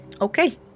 Okay